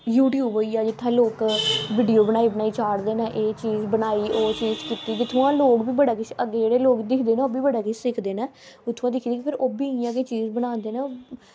YouTube होइया जित्थें लोग वीडियो बनाई बनाई चाढ़दे न एह् चीज़ बनाई ओह् चीज़ कीती ते लोग बी बड़ा किश अग्गें लोग दिक्खदे न बड़ा किश दिक्खऱदे न उत्थुआं दी चीज़ ओह्बी बनांदे न